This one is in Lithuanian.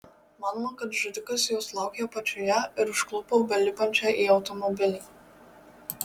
manoma kad žudikas jos laukė apačioje ir užklupo belipančią į automobilį